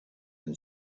and